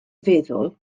feddwl